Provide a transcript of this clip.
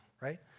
right